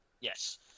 Yes